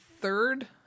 third